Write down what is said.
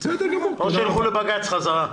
או שילכו לבג"ץ חזרה.